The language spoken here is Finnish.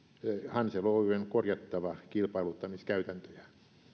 hansel oyn on korjattava kilpailuttamiskäytäntöjään